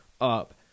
up